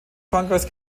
frankreichs